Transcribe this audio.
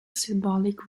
symbolic